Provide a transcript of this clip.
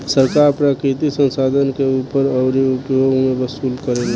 सरकार प्राकृतिक संसाधन के ऊपर अउरी उपभोग मे वसूली करेला